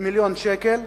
מיליוני שקל,